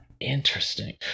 Interesting